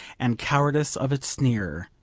and cowardice of its sneer,